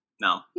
No